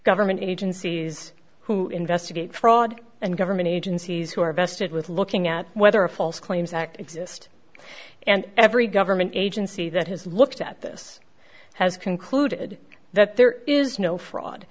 government agencies who investigate fraud and government agencies who are vested with looking at whether a false claims act exist and every government agency that has looked at this has concluded that there is no fraud